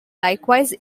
likewise